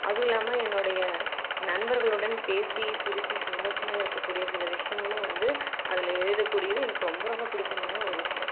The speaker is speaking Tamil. அதுவும் இல்லாமல் என்னோடைய நண்பர்களுடன் பேசி சிரிச்சு சந்தோஷமா இருக்கக்கூடிய சில விஷயங்களும் வந்து அதில் எழுதக்கூடியது எனக்கு ரொம்ப ரொம்ப பிடிச்சமான ஒரு விஷயம்